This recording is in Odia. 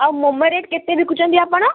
ଆଉ ମୋମୋ ରେଟ୍ କେତେ ବିକୁଛନ୍ତି ଆପଣ